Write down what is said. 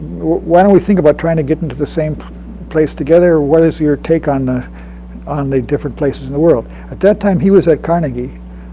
why don't we think about trying to get into the same place together? what is your take on the on the different places in the world? at that time he was at carnegie.